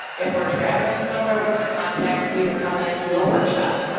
if we're travelling somewhere we may contact you to come and do a workshop.